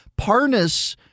Parnas